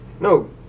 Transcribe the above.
no